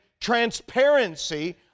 transparency